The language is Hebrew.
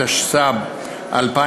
התשס"ב 2002,